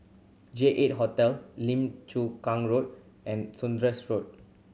J Eight Hotel Lim Chu Kang Road and Saunders Road